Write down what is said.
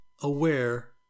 aware